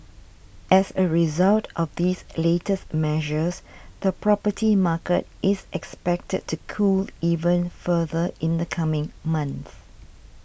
as a result of these latest measures the property market is expected to cool even further in the coming months